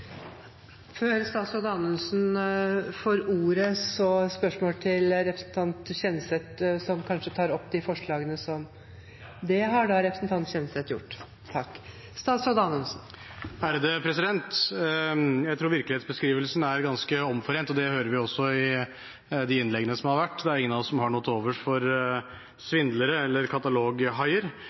til representanten Kjenseth om han tar opp forslaget. Ja. Da har representanten Ketil Kjenseth tatt opp forslaget han refererte til. Jeg tror virkelighetsbeskrivelsen er ganske omforent, og det hører vi også av de innleggene som har vært. Det er ingen av oss som har noe til overs for svindlere eller kataloghaier.